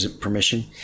permission